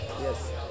Yes